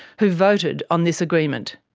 who voted on this agreement.